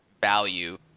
value